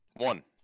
one